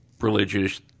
religious